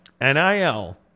NIL